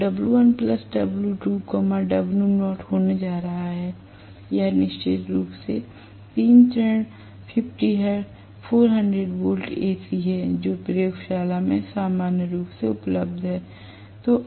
तो W1 W2 W0 होने जा रहा है यह निश्चित रूप से 3 चरण 50 हर्ट्ज 400 वोल्ट AC है जो प्रयोगशाला में सामान्य रूप से उपलब्ध है